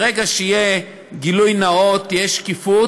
ברגע שיהיה גילוי נאות, תהיה שקיפות,